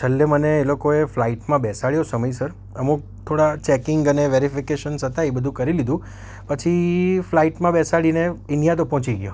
છેલ્લે મને એ લોકોએ ફ્લાઇટમાં બેસાડ્યો સમયસર અમુક થોડાં ચેકિંગ અને વેરીફિકેસન્સ હતા એ બધુ કરી લીધું પછી ફ્લાઇટમાં બેસાડીને ઈન્ડિયા તો પહોંચી ગયો